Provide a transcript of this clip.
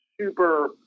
super